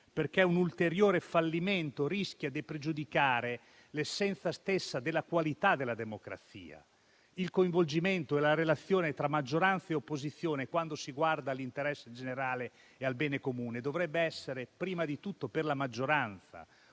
perché un ulteriore fallimento rischia di pregiudicare l'essenza stessa della qualità della democrazia. Il coinvolgimento e la relazione tra maggioranza e opposizione, quando si guarda all'interesse generale e al bene comune, dovrebbe essere, prima di tutto per la maggioranza,